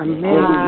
Amen